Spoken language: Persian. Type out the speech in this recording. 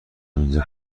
اینجا